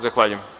Zahvaljujem.